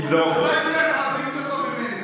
מבין בערבים טוב ממני,